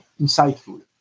insightful